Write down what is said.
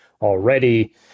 already